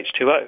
H2O